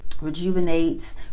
rejuvenates